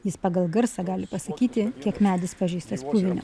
jis pagal garsą gali pasakyti kiek medis pažeistas puvinio